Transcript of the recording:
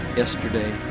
yesterday